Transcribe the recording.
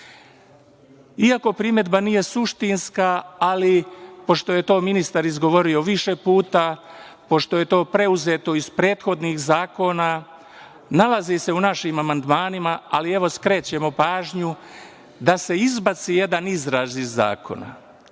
primedba nije suštinska, ali pošto je to ministar izgovorio više puta, pošto je to preuzeto iz prethodnih zakona, nalazi se u našim amandmanima, ali evo, skrećemo pažnju da se izbaci jedan izraz iz zakona